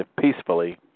peacefully